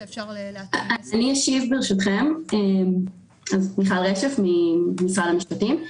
אני ממשרד המשפטים.